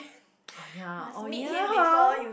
ah ya oh ya